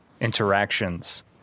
interactions